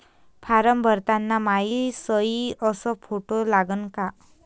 Form भरताना मायी सयी अस फोटो लागन का?